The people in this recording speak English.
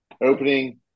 Opening